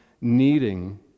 needing